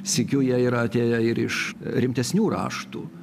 sykiu jie yra atėję ir iš rimtesnių raštų